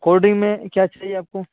کو ڈنگ میں کیا چاہیے آپ کو